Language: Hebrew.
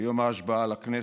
ביום ההשבעה לכנסת,